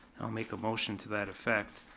i'll make a motion to that effect.